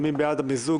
מי בעד המיזוג?